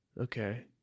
Okay